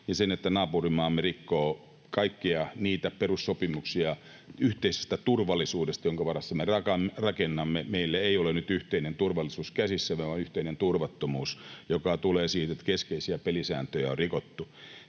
ja sen, että naapurimaamme rikkoo kaikkia niitä perussopimuksia yhteisestä turvallisuudesta, jonka varaan me rakennamme. Meillä ei ole nyt käsissämme yhteistä turvallisuutta vaan yhteinen turvattomuus, joka tulee siitä, että keskeisiä pelisääntöjä on rikottu.